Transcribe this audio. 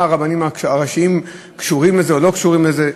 מה הרבנים הראשיים קשורים לזה או לא קשורים לזה.